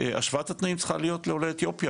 השוואת התנאים צריכה להיות לעולי אתיופיה